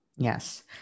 Yes